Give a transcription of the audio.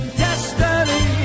destiny